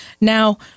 Now